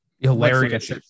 Hilarious